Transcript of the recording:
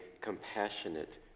compassionate